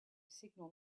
signal